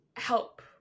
help